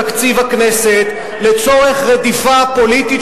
כי נעשה כאן שימוש ברוב פוליטי ובתקציב הכנסת לצורך רדיפה פוליטית